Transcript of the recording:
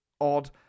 odd